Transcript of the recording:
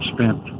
Spent